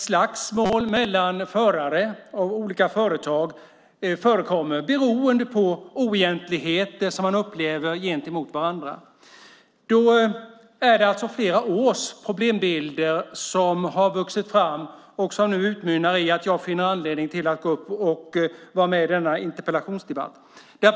Slagsmål mellan förare och olika företag förekommer beroende på oegentligheter som man upplever gentemot varandra. Då är det alltså flera års problembilder som har vuxit fram och som nu utmynnar i att jag finner anledning att gå upp i denna interpellationsdebatt.